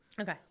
Okay